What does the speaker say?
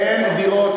אין דירות.